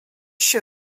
się